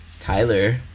Tyler